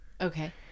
Okay